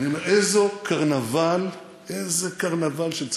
אני אומר: איזה קרנבל, איזה קרנבל של צדקנות.